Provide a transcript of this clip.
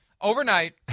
overnight